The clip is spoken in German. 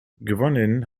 gewonnen